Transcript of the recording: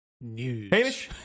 News